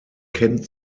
kennt